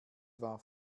war